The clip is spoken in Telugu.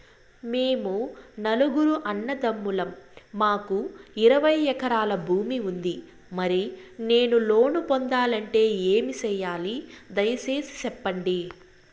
మేము నలుగురు అన్నదమ్ములం మాకు ఇరవై ఎకరాల భూమి ఉంది, మరి నేను లోను పొందాలంటే ఏమి సెయ్యాలి? దయసేసి సెప్పండి?